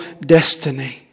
destiny